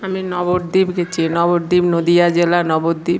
আমি নবরদ্বীপ গেছি নবরদ্বীপ নদীয়া জেলার নবদ্বীপ